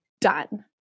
done